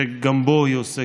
שגם בו היא עוסקת,